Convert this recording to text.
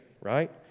right